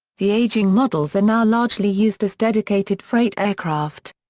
the aging models are now largely used as dedicated freight aircraft.